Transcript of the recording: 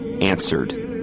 answered